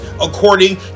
according